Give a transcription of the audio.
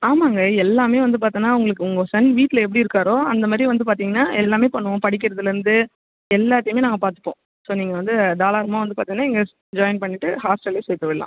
ஆமாங்க எல்லாமே வந்து பார்த்தோன்னா உங்களுக்கு உங்கள் சன் வீட்டில் எப்படி இருக்காரோ அந்தமாதிரி வந்து பார்த்திங்கன்னா எல்லாமே பண்ணுவோம் படிக்கிறதுலேருந்து எல்லாத்தையுமே நாங்கள் பார்த்துப்போம் ஸோ நீங்கள் வந்து தாராளமாக வந்து பார்த்திங்கன்னா இங்கே ஜாயின் பண்ணிவிட்டு ஹாஸ்ட்டலிலே சேர்த்துவிட்லாம்